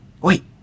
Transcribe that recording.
wait